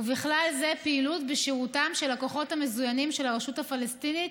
ובכלל זה פעילות בשירותם של הכוחות המזוינים של הרשות הפלסטינית,